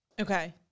Okay